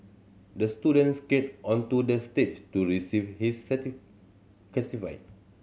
the student skated onto the stage to receive his